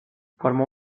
formó